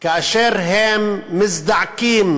שמזדעקים